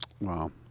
Wow